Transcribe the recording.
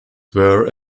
were